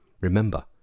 Remember